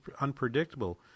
unpredictable